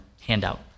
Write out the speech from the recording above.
handout